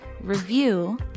review